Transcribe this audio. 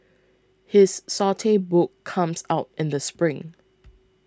his saute book comes out in the spring